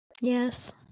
Yes